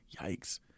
Yikes